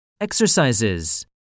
Exercises